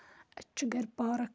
اَسہِ چھُ گَرِ پارَک